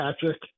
Patrick